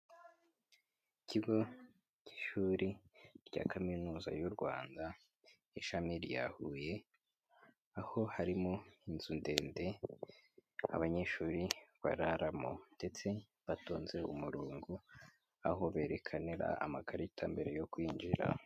Ikigo cy'ishuri rya kaminuza y'u Rwanda, ishami rya Huye, aho harimo inzu ndende abanyeshuri bararamo ndetse batonze umurongo aho berekanira amakarita mbere yo kwinjira.